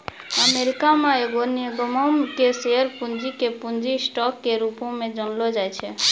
America मे एगो निगमो के शेयर पूंजी के पूंजी स्टॉक के रूपो मे जानलो जाय छै